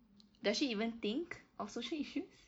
does she even think of social issues